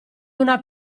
una